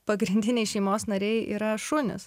pagrindiniai šeimos nariai yra šunys